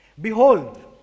behold